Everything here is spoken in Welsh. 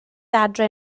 adre